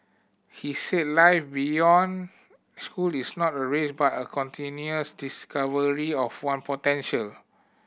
he said life beyond school is not a race but a continuous discovery of one potential